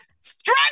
straight